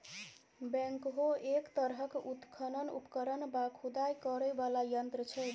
backhoe एक तरहक उत्खनन उपकरण वा खुदाई करय बला यंत्र छै